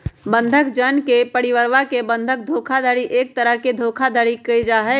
बंधक जन के परिवरवा से बंधक धोखाधडी एक तरह के धोखाधडी के जाहई